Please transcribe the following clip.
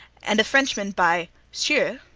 and a frenchman by seu,